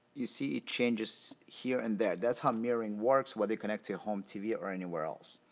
you see it changes here and there that's how mirroring works where they connect to your home tv or anywhere else.